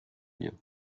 wir